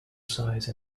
size